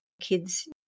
kids